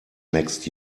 next